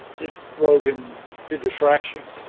it drove him to distraction.